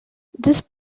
this